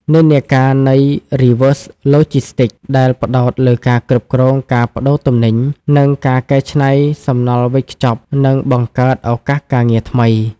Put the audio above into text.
និន្នាការនៃ Reverse Logistics ដែលផ្តោតលើការគ្រប់គ្រងការប្តូរទំនិញ និងការកែច្នៃសំណល់វេចខ្ចប់ នឹងបង្កើតឱកាសការងារថ្មី។